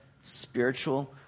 spiritual